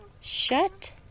Shut